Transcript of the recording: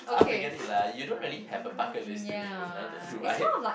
ah forget it lah you don't have a bucket list do neither do I